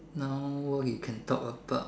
now we can talk about